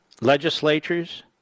legislatures